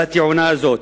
והטעונה הזאת.